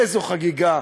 איזו חגיגה,